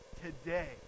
today